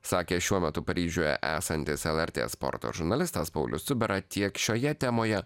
sakė šiuo metu paryžiuje esantis lrt sporto žurnalistas paulius cubera tiek šioje temoje